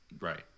Right